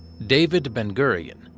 david ben-gurion,